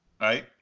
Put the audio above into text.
right